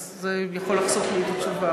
אז זה יכול לחסוך לי את התשובה,